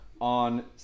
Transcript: on